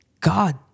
God